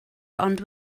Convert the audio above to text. ond